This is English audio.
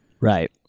Right